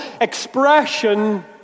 expression